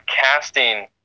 casting